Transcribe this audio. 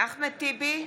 אחמד טיבי,